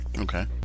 Okay